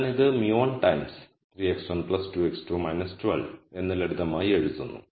ഞാൻ ഇത് μ1 times 3x1 2x2 12 എന്ന് ലളിതമായി എഴുതുന്നു